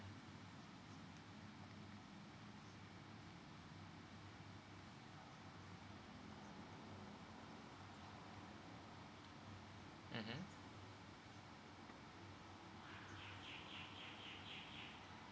mmhmm